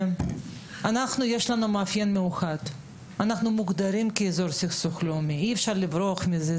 אנחנו מוגדרים כאזור סכסוך לאומי ואי אפשר לברוח מזה.